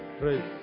Praise